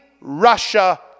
Russia